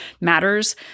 matters